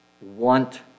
want